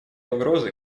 угрозы